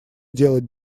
делать